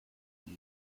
feet